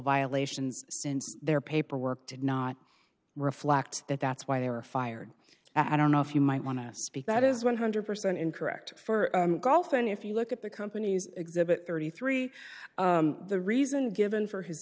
violations since their paperwork did not reflect that that's why they were fired i don't know if you might want to speak that is one hundred percent incorrect for golf and if you look at the company's exhibit thirty three the reason given for his